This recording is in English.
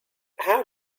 how